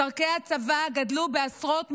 צורכי הצבא גדלו בעשרות מיליארדים,